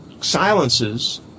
silences